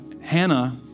Hannah